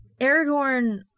Aragorn